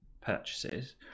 purchases